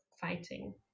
fighting